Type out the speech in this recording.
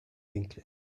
winkel